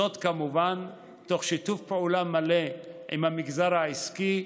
זאת, כמובן, תוך שיתוף פעולה מלא עם המגזר העסקי,